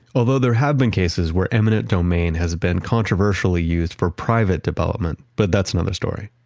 although, there had been cases where eminent domain has been controversially used for private development. but that's another story.